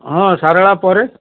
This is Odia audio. ହଁ ଶାରଳା ପରେ